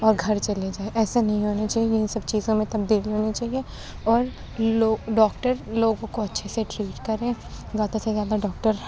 اور گھر چلے جائیں ایسا نہیں ہونا چاہیے اِن سب چیزوں میں تبدیلی ہونی چاہیے اور ڈاکٹر لوگوں کو اچھے سے ٹریٹ کریں زیادہ سے زیادہ ڈاکٹر